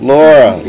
Laura